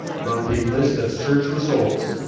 from the list of search results,